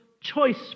choice